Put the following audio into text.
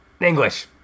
English